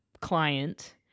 client